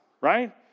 right